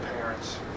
parents